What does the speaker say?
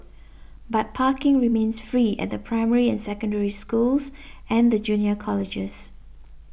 but parking remains free at the primary and Secondary Schools and the junior colleges